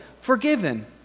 forgiven